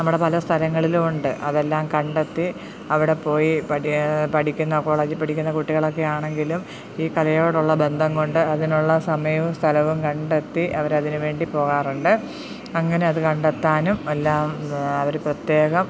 നമ്മുടെ പല സ്ഥലങ്ങളിലുമുണ്ട് അതെല്ലാം കണ്ടെത്തി അവിടെ പോയി പഠി പഠിക്കുന്ന കോളേജിൽ പഠിക്കുന്ന കുട്ടികളൊക്കെ ആണെങ്കിലും ഈ കലയോടുള്ള ബന്ധം കൊണ്ട് അതിനുള്ള സമയവും സ്ഥലവും കണ്ടെത്തി അവർ അതിന് വേണ്ടി പോകാറുണ്ട് അങ്ങനെ അത് കണ്ടെത്താനും അല്ല അവർ പ്രത്യേകം